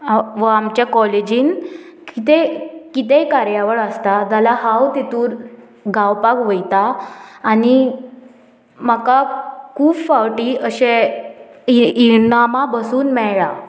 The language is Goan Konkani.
वो आमच्या कॉलेजीन कितें कितेंय कार्यावळ आसता जाल्यार हांव तेतूर गावपाक वयता आनी म्हाका खूब फावटी अशें इ इरनामा बसून मेळ्ळा